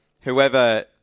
whoever